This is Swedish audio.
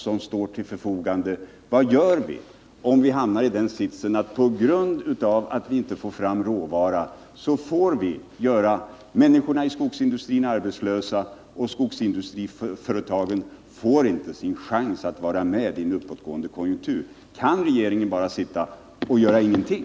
Kan vi från regeringens sida emotse åtgärder för att undvika att vi hamnar i den situationen att vi får göra människorna i skogsindustrin arbetslösa och att skogsindustriföretagen inte får sin chans att vara med i den uppgående konjunkturen? Kan regeringen bara göra ingenting?